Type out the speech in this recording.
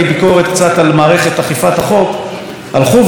הלכו ועשו איתו הסדר טיעון איפה שלא היה מקום להסדר טיעון.